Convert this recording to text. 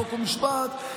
חוק ומשפט,